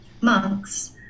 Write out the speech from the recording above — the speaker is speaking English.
Monks